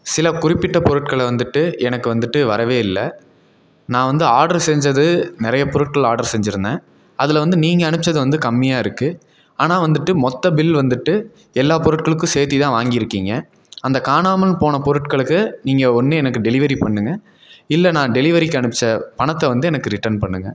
சில குறிப்பிட்ட பொருட்களை வந்துட்டு எனக்கு வந்துட்டு வரவே இல்லை நான் வந்து ஆர்டரு செஞ்சது நிறைய பொருட்கள் ஆர்டரு செஞ்சுருந்தேன் அதில் வந்து நீங்கள் அனுப்பிச்சது வந்து கம்மியாக இருக்குது ஆனால் வந்துட்டு மொத்த பில் வந்துட்டு எல்லா பொருட்களுக்கும் சேர்த்தி தான் வாங்கியிருக்கீங்க அந்த காணாமல் போன பொருட்களுக்கு நீங்கள் ஒன்று எனக்கு டெலிவரி பண்ணுங்க இல்லை நான் டெலிவரிக்கு அனுப்பிச்ச பணத்தை வந்து எனக்கு ரிட்டர்ன் பண்ணுங்க